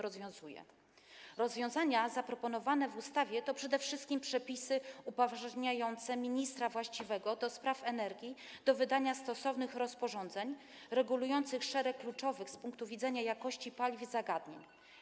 Rozwiązania zaproponowane w ustawie to przede wszystkim przepisy upoważniające ministra właściwego do spraw energii do wydania stosownych rozporządzeń regulujących szereg kluczowych z punktu widzenia jakości paliw zagadnień.